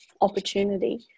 opportunity